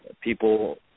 People